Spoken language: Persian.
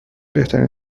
بهترین